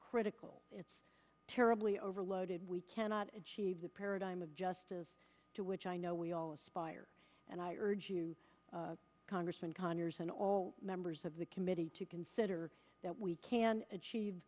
critical it's terribly overloaded we cannot achieve the paradigm of justice to which i know we all aspire and i urge you congressman conyers and all members of the committee to consider that we can achieve